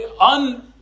un-